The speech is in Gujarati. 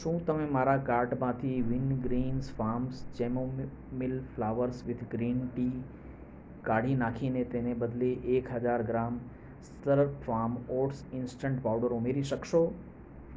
શું તમે મારા કાર્ટમાંથી Wingreens farms chamomile flowers with green tea કાઢી નાખીને તેને બદલે એક હજાર gram slurp farm oats instant powder ઉમેરી શકશો